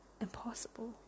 impossible